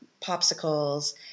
popsicles